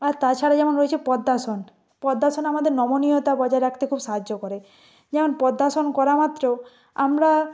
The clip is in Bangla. আর তাছাড়া যেমন রয়েছে পদ্মাসন পদ্মাসন আমাদের নমনীয়তা বজায় রাখতে খুব সাহায্য করে যেমন পদ্মাসন করা মাত্র আমরা